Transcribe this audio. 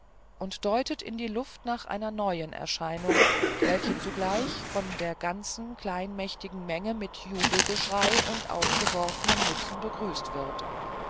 und deutet in die luft nach einer neuen erscheinung welche zugleich von der ganzen kleinmächtigen menge mit jubelgeschrei und aufgeworfenen mützen begrüßt wird